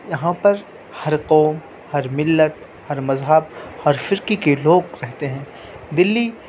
یہاں پر ہر قوم ہر ملت ہر مذہب ہر فرقے کے لوگ رہتے ہیں دلی